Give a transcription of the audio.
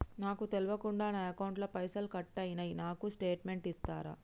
నాకు తెల్వకుండా నా అకౌంట్ ల పైసల్ కట్ అయినై నాకు స్టేటుమెంట్ ఇస్తరా?